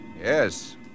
Yes